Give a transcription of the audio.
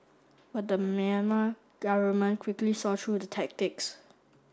but the Myanmar government quickly saw through the tactics